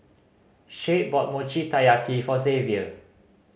Shade bought Mochi Taiyaki for Xavier